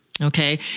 Okay